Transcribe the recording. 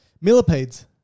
Millipedes